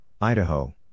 Idaho